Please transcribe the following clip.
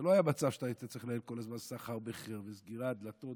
לא היה מצב שאתה כל הזמן צריך לנהל סחר-מכר וסגירת דלתות,